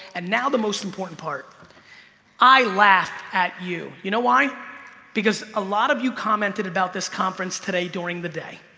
and now the most important part i laughed at you, you know why because a lot of you commented about this conference today during the day